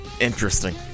interesting